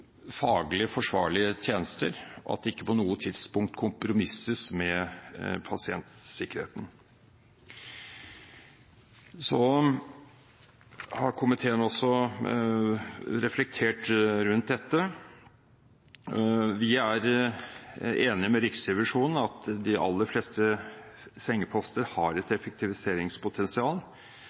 ikke på noe tidspunkt kompromisses med pasientsikkerheten. Komiteen har også reflektert rundt dette. Vi er enig med Riksrevisjonen i at de aller fleste sengeposter har et effektiviseringspotensial,